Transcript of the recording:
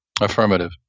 Affirmative